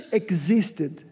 existed